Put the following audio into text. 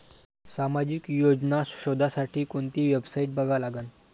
सामाजिक योजना शोधासाठी कोंती वेबसाईट बघा लागन?